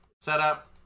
setup